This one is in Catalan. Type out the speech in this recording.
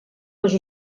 les